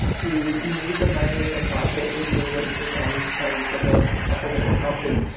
who needed the money and thought that it was win-win for them and for the the couple they were helping.